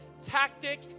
tactic